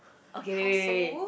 okay wait wait wait wait